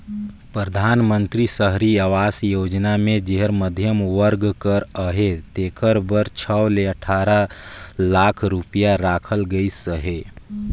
परधानमंतरी सहरी आवास योजना मे जेहर मध्यम वर्ग कर अहे तेकर बर छव ले अठारा लाख रूपिया राखल गइस अहे